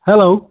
hello